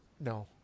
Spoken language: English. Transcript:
no